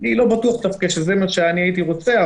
אני לא בטוח שזה מה שהייתי רוצה,